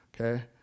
okay